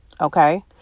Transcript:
Okay